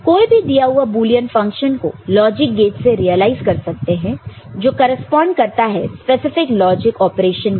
कोई भी दिया हुआ बुलियन फंक्शन को लॉजिक गेट से रियलाइज कर सकते हैं जो करेस्पॉन्ड करता है स्पेसिफिक लॉजिक ऑपरेशन को